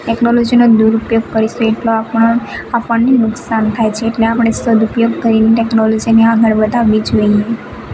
ટેક્નોલોજીનો દુરુપયોગ કરીશું એટલો આપણાં આપણને નુકસાન થાય છે એટલે આપણે સદુપયોગ કરીને ટેક્નોલોજીને આગળ વધારવી જોઈએ